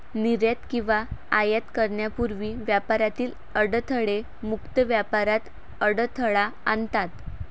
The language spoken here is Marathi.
निर्यात किंवा आयात करण्यापूर्वी व्यापारातील अडथळे मुक्त व्यापारात अडथळा आणतात